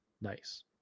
nice